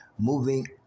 moving